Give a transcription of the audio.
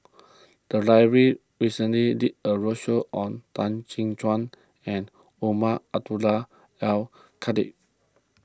the library recently did a roadshow on Tan Chin Tuan and Umar Abdullah Al Khatib